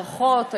ברכות.